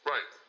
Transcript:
Right